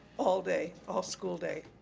all day, all school day.